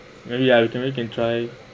maybe can we can try